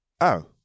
Oh